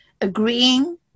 agreeing